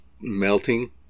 melting